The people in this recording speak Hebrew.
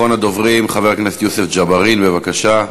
אחרון הדוברים, חבר הכנסת יוסף ג'בארין, בבקשה.